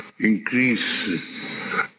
increase